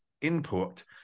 input